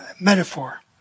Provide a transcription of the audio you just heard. metaphor